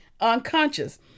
unconscious